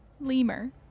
Lemur